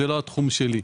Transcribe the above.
זה לא התחום שלי.